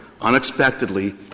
unexpectedly